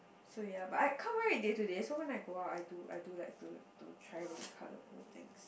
so ya but I can't wear it day to day so when I go out I do I do like to to try really colorful things